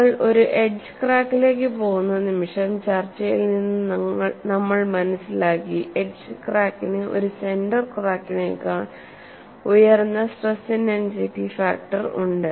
നിങ്ങൾ ഒരു എഡ്ജ് ക്രാക്കിലേക്ക് പോകുന്ന നിമിഷം ചർച്ചയിൽ നിന്ന് നമ്മൾ മനസ്സിലാക്കി എഡ്ജ് ക്രാക്കിന് ഒരു സെന്റർ ക്രാക്കിനേക്കാൾ ഉയർന്ന സ്ട്രെസ് ഇന്റൻസിറ്റി ഫാക്ടർ ഉണ്ട്